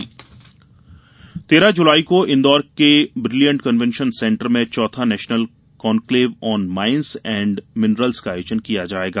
national conclave तेरह जुलाई को इंदौर के ब्रिलियंट कन्वेंशन सेंटर में चौथा national conclave on mines and minerals का आयोजन किया जायेगा